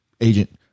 agent